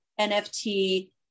NFT